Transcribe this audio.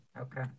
Okay